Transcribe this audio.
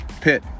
pit